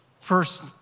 First